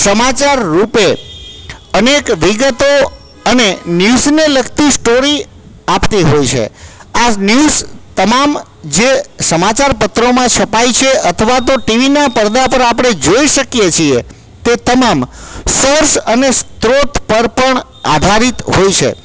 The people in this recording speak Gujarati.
સમાચાર રૂપે અનેક વિગતો અને ન્યુઝને લગતી સ્ટોરી આપતી હોય છે આ ન્યૂઝ તમામ જે સમાચાર પત્રોમાં છપાય છે અથવા તો ટીવીના પડદા પર આપણે જોઈ શકીએ છીએ તે તમામ સોર્સ અને સ્ત્રોત પર પણ આભારી હોય છે